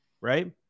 Right